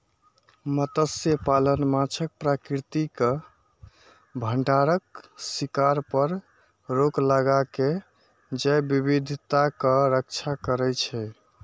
मत्स्यपालन माछक प्राकृतिक भंडारक शिकार पर रोक लगाके जैव विविधताक रक्षा करै छै